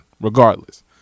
regardless